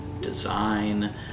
design